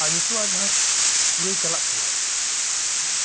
ᱟᱨ ᱱᱤᱛᱳᱜᱟᱜ ᱡᱟᱦᱟᱸ ᱠᱩᱲᱟᱹᱭ ᱪᱟᱞᱟᱜ ᱠᱟᱱᱟ